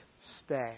stay